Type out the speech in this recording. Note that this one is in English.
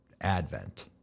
Advent